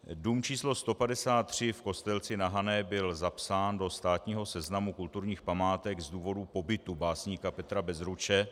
Dům číslo 153 v Kostelci na Hané byl zapsán do státního seznamu kulturních památek z důvodu pobytu básníka Petra Bezruče.